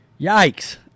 Yikes